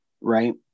right